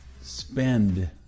spend